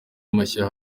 mashya